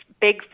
big